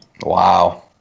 Wow